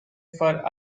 for